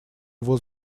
его